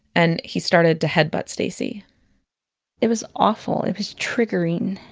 and he started to headbutt stacie it was awful, it was triggering.